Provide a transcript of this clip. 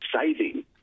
saving